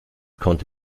konnte